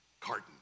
Carton